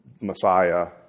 Messiah